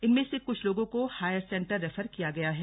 इनमे से कुछ लोगों को हायर सेंटर रेफर किया गया है